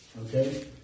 Okay